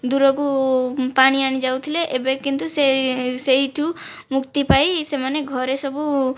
ଦୂରକୁ ପାଣି ଆଣି ଯାଉଥିଲେ ଏବେ କିନ୍ତୁ ସେ ସେଠୁ ମୁକ୍ତି ପାଇ ସେମାନେ ଘରେ ସବୁ